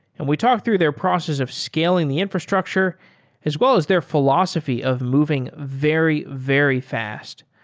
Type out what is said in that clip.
and we talk through their process of scaling the infrastructure as well as their philosophy of moving very, very fast.